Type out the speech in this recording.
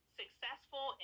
successful